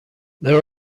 there